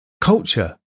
Culture